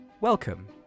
Welcome